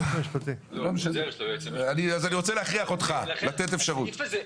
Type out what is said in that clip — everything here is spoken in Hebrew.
אני רוצה להכריח אותך לתת אפשרות.